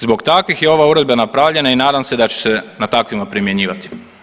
Zbog takvih je ova uredba napravljena i nadam se da će se na takvima primjenjivati.